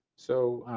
so